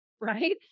Right